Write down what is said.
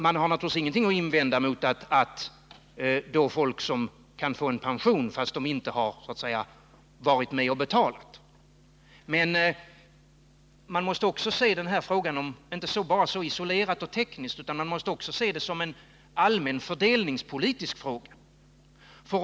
Vi har naturligtvis ingenting att invända mot att människor kan få ATP-pension fastän de inte varit med om att betala den. Men denna fråga får inte enbart ses isolerat och tekniskt utan måste också ses som en allmän fördelningspolitisk fråga.